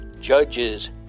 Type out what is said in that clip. judges